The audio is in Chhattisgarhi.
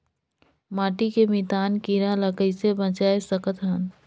माटी के मितान कीरा ल कइसे बचाय सकत हन?